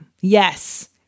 Yes